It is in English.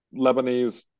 Lebanese